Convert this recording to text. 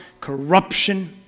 corruption